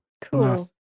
Cool